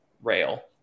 rail